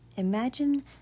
Imagine